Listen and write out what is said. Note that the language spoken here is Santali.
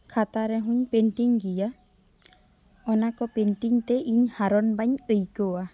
ᱠᱷᱟᱛᱟ ᱨᱮᱦᱚᱸᱧ ᱯᱮᱱᱴᱤᱝ ᱜᱮᱭᱟ ᱚᱱᱟ ᱠᱚ ᱯᱮᱱᱴᱤᱝ ᱛᱮ ᱤᱧ ᱦᱟᱨᱚᱱ ᱵᱟᱹᱧ ᱟᱹᱭᱠᱟᱹᱣᱟ